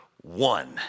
one